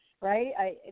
right